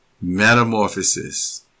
Metamorphosis